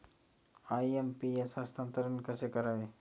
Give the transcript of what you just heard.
IMPS हस्तांतरण कसे करावे?